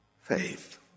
faith